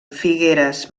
figueres